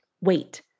wait